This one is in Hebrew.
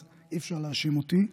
אז אי-אפשר להאשים אותי.